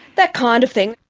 that kind of thing.